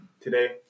today